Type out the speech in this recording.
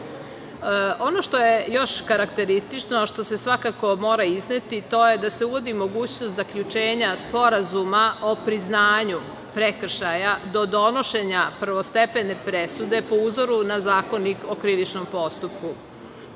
što je još karakteristično, što se svakako mora izneti, to je da se uvodi mogućnost zaključenja sporazuma o priznanju prekršaja, do donošenja prvostepene presude po uzoru na Zakonik o krivičnom postupku. Radi